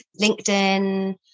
LinkedIn